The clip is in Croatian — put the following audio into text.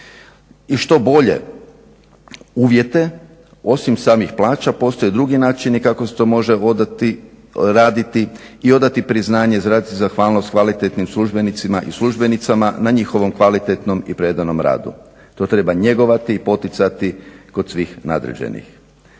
i što bolje uvjete. Osim samih plaća postoje drugi način kako se to može raditi i odati priznanje, izraziti zahvalnost kvalitetnim službenicima i službenicama na njihovom kvalitetnom i predanom radu. To treba njegovati i poticati kod svih nadređenih.